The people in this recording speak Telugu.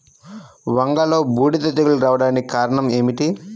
వంగలో బూడిద తెగులు రావడానికి కారణం ఏమిటి?